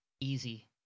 easy